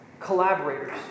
collaborators